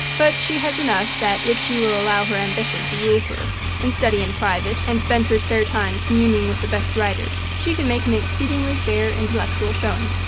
but she has enough that if she will allow her ambition to rule her and study in private and spend her spare time communing with the best writers, she can make an exceedingly fair intellectual showing,